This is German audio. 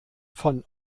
von